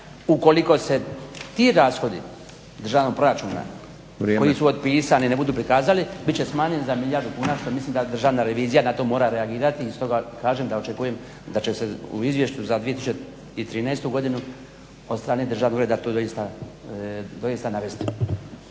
ukoliko se ti rashodi državnog proračuna koji su otpisani ne budu prikazali bit će smanjeni za milijardu kuna što mislim da državna revizija na to mora reagirati i stoga kažem da će se u izvješću za 2013.godinu od strane državnog ureda to doista navesti.